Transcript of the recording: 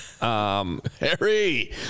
Harry